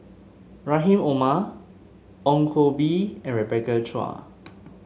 Rahim Omar Ong Koh Bee and Rebecca Chua